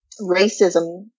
racism